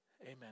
Amen